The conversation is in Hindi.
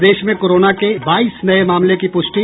प्रदेश में कोरोना के बाईस नये मामले की पुष्टि